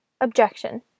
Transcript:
Objection